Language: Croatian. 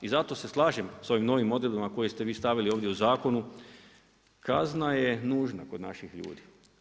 I zato se slažem s ovim novim odredbama koje ste vi stavili ovdje u zakonu, kazna je nužna kod naših ljudi.